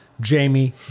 Jamie